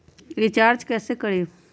Recharge कैसे करीब?